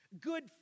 good